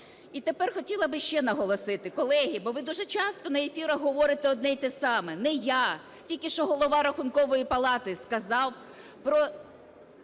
І тепер хотіла би ще наголосити, колеги. Бо ви дуже часто на ефірах говорите одне й те саме. Не я, тільки що Голова Рахункової палати сказав про